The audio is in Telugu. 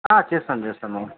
చేస్తాం చేస్తాము